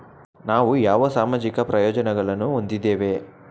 ನಾವು ಯಾವ ಸಾಮಾಜಿಕ ಪ್ರಯೋಜನಗಳನ್ನು ಹೊಂದಿದ್ದೇವೆ?